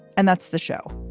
and that's the show.